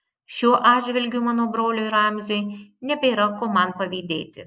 šiuo atžvilgiu mano broliui ramziui nebėra ko man pavydėti